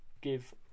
give